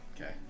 Okay